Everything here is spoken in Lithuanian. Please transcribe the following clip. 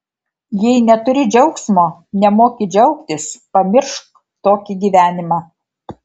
jei neturi džiaugsmo nemoki džiaugtis pamiršk tokį gyvenimą